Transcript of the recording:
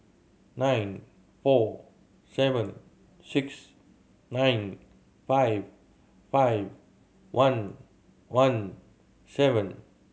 nine four seven six nine five five one one seven